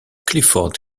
clifford